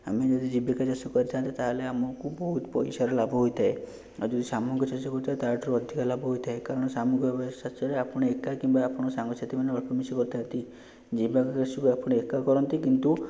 ଆମେ ଯଦି ଜୀବିକା ଚାଷ କରିଥାନ୍ତେ ତାହେଲେ ଆମକୁ ବହୁତ ପଇସାର ଲାଭ ହୋଇଥାଏ ଆଉ ଯଦି ସାମୂହିକ ଚାଷ କରୁଥିବା ତାଠୁ ଅଧିକ ଲାଭ ହୋଇଥାଏ କାରଣ ସାମୂହିକ ଆପଣ ଏକା କିମ୍ବା ଆପଣଙ୍କ ସାଙ୍ଗ ସାଥି ମାନେ ମିଶି କରିଥାନ୍ତି ଜୀବିକା କୃଷିକୁ ଆପଣ ଏକା କରନ୍ତି କିନ୍ତୁ